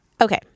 Okay